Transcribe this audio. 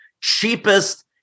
cheapest